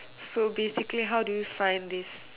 so basically how do you find this